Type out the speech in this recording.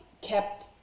kept